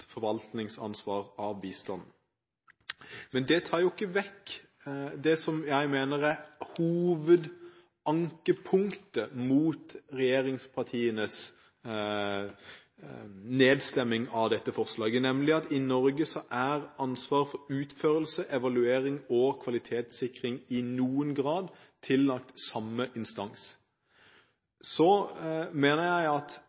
forvaltningsansvar av bistanden. Men det tar jo ikke vekk det som jeg mener er hovedankepunktet mot regjeringspartienes nedstemming av dette forslaget, nemlig at i Norge er ansvaret for utførelse, evaluering og kvalitetssikring i noen grad tillagt samme instans. Så mener jeg at